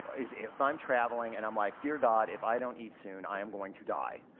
is if i'm traveling and i'm like, dear god, if i don't eat soon i am going to die.